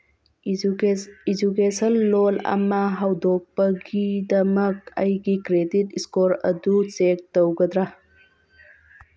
education loan ꯑꯃ ꯍꯧꯗꯣꯛꯄꯒꯤꯗꯃꯛ ꯑꯩꯒꯤ ꯀ꯭ꯔꯦꯗꯤꯠ ꯏꯁꯀꯣꯔ ꯑꯗꯨ ꯆꯦꯛ ꯇꯧꯒꯗ꯭ꯔꯥ